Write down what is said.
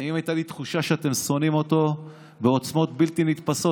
לפעמים הייתה לי תחושה שאתם שונאים אותו בעוצמות בלתי נתפסות.